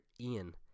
Ian